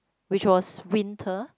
which was winter